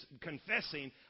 confessing